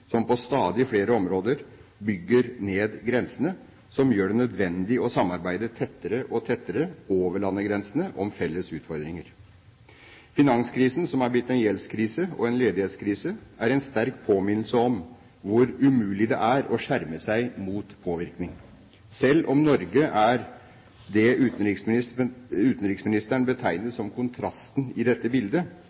som på stadig flere områder bygger ned grensene, som gjør det nødvendig å samarbeide tettere og tettere over landegrensene om felles utfordringer. Finanskrisen, som er blitt en gjeldskrise og en ledighetskrise, er en sterk påminnelse om hvor umulig det er å skjerme seg mot påvirkning. Selv om Norge er det utenriksministeren betegnet som en «kontrast til dette bildet»,